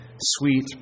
sweet